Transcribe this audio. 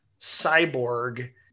cyborg